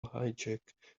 hijack